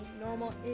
normal